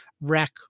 wreck